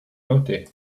noté